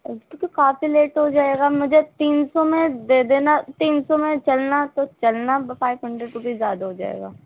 ایسے تو کافی لیٹ ہو جائے گا مجھے تین سو میں دے دینا تین سو میں چلنا تو چلنا فائیو ہنڈریڈ روپیز زیادہ ہو جائے گا